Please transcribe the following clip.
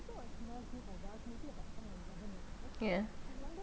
yeah